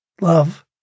Love